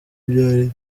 byari